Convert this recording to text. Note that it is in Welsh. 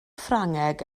ffrangeg